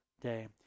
day